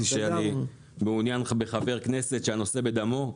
שאני מעוניין בחבר כנסת שהדבר הזה בדמו.